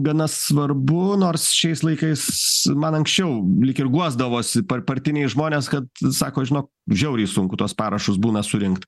gana svarbu nors šiais laikais man anksčiau lyg ir guosdavosi par partiniai žmonės kad sako žinok žiauriai sunku tuos parašus būna surinkt